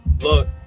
Look